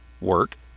work